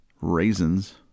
raisins